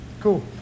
Cool